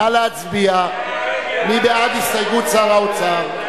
נא להצביע, מי בעד הסתייגות שר האוצר.